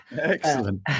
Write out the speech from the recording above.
Excellent